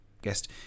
guest